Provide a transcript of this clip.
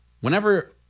Whenever